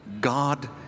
God